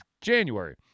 January